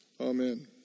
Amen